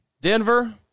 Denver